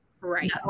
Right